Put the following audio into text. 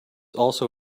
also